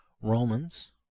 Romans